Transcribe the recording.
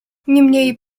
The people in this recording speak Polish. niemniej